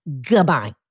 Goodbye